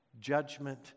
judgment